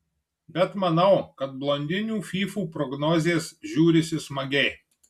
bet manau kad blondinių fyfų prognozės žiūrisi smagiai